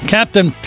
Captain